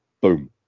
boom